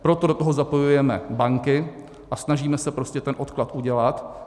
Proto do toho zapojujeme banky a snažíme se prostě ten odklad udělat.